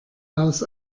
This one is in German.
aus